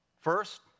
First